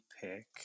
pick